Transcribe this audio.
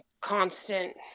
constant